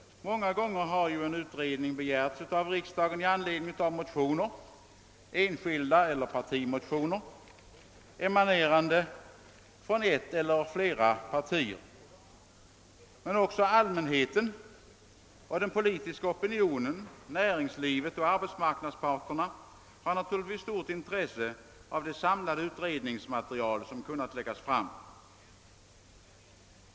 Många gånger har en utredning begärts av riksdagen i anledning av motioner, enskilda eller partimotioner, emanerande från ett eller flera partier. Också allmänheten och den politiska opinionen, näringslivet och arbetsmarknadsparterna har naturligtvis stort intresse av det samlade utredningsmaterial som kunnat läggas fram.